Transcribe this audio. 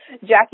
Jackie